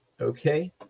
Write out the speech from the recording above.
Okay